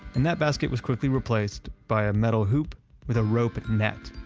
and that basket was quickly replaced by a metal hoop with a rope net,